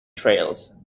trails